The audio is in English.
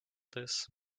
this